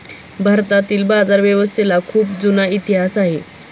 भारतातील बाजारव्यवस्थेला खूप जुना इतिहास आहे